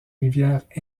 rivières